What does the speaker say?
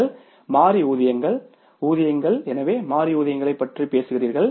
நீங்கள் மாறி ஊதியங்கள் ஊதியங்கள் எனவே மாறி ஊதியங்கள் பற்றி பேசுகிறீர்கள்